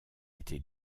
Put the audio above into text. était